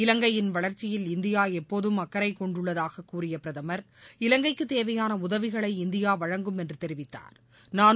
இலங்கையின் வளர்ச்சியில் இந்தியா எப்போதும் அக்கறை கொண்டுள்ளதாக கூறிய பிரதமர் இலங்கைக்கு தேவையான உதவிகளை இந்தியா வழங்கும் என்று தெரிவித்தாா்